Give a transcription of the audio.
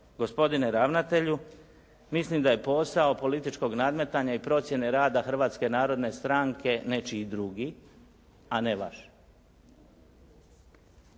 gospodine ravnatelju. Mislim da je posao političkog nadmetanja i procjene rada Hrvatske narodne stranke nečiji drugi, a ne vaš.